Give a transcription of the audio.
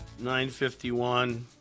9.51